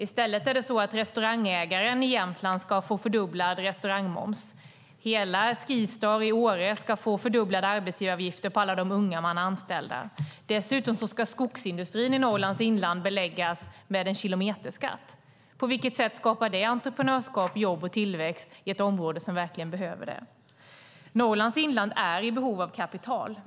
I stället ska restaurangägaren i Jämtland få fördubblad restaurangmoms. Hela Skistar i Åre ska betala fördubblade arbetsgivaravgifter på alla de unga man har anställda. Dessutom ska skogsindustrin i Norrlands inland beläggas med en kilometerskatt. På vilket sätt skapar det entreprenörskap, jobb och tillväxt i ett område som verkligen behöver det? Norrlands inland är i behov av kapital.